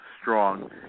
strong